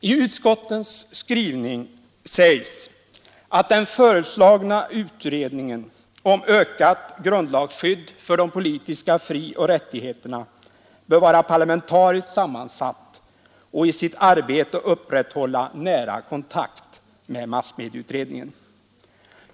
I utskottets skrivning sägs att den föreslagna utredningen om ökat grundlagsskydd för de politiska frioch rättigheterna bör vara parlamentariskt sammansatt och i sitt arbete upprätthålla nära kontakt med massmedieutredningen.